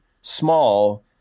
small